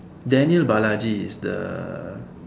Daniel-Balaji is the